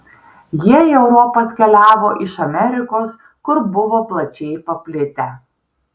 jie į europą atkeliavo iš amerikos kur buvo plačiai paplitę